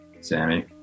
Sammy